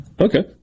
Okay